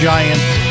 Giants